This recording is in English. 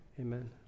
Amen